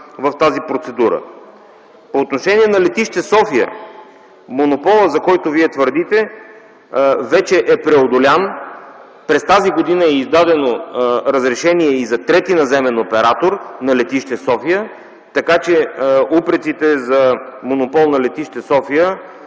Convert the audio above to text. в тази процедура. По отношение на летище София, монополът, за който Вие твърдите, вече е преодолян. През тази година е издадено разрешение и за трети наземен оператор на летище София, така че упреците за монопол не са